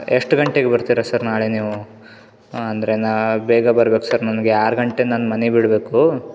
ಎಷ್ಟು ಗಂಟೆಗೆ ಬರ್ತೀರಾ ಸರ್ ನಾಳೆ ನೀವು ಅಂದರೆ ನಾ ಬೇಗ ಬರಬೇಕು ಸರ್ ನನಗೆ ಆರು ಗಂಟೆ ನನ್ನ ಮನೆ ಬಿಡಬೇಕು